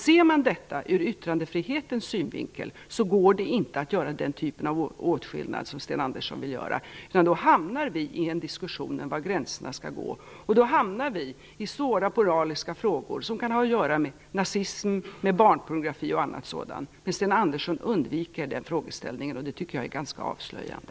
Ser man detta ur yttrandefrihetens synvinkel går det inte göra den typen av åtskillnad som Sten Andersson vill göra. Då hamnar vi i en diskussion om var gränserna skall gå. Då hamnar vi svåra moraliska frågor som kan ha att göra med nazism, barnpornografi och liknande. Men Sten Andersson undviker den frågeställningen, och det tycker jag är ganska avslöjande.